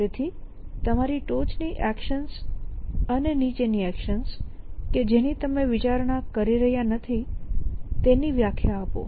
તેથી તમારી ટોચ ની એક્શન્સ અને નીચે ની એક્શન્સ કે જેની તમે વિચારણા કરી રહ્યા નથી તેની વ્યાખ્યા આપો